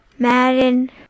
Madden